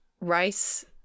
rice